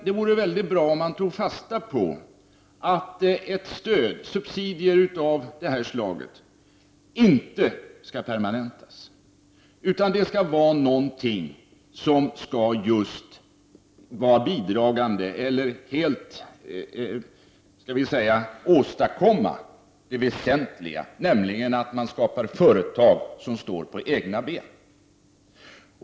Det vore väldigt bra om man tog fasta på att ett stöd, subsidier av det här slaget, inte skall permanentas. Det skall vara något som skall vara bidragande till, eller rättare sagt åstadkomma, det väsentliga, nämligen att skapa företag som står på egna ben.